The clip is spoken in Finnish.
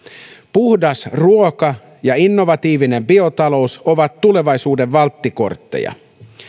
puhdas ruoka ja innovatiivinen biotalous ovat tulevaisuuden valttikortteja